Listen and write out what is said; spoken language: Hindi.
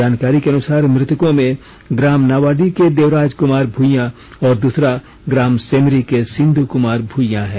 जानकारी के अनुसार मृतकों में ग्राम नावाडीह के देवराज कुमार भुइयां और दूसरा ग्राम सेमरी के सिंधु कुमार भुइयां हैं